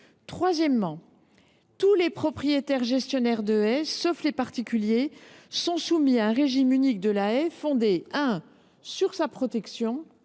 outre, tous les propriétaires gestionnaires de haies, sauf les particuliers, seront soumis au régime unique de la haie fondé sur sa protection,